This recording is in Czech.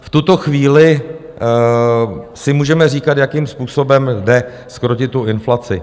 V tuto chvíli si můžeme říkat, jakým způsobem jde zkrotit tu inflaci.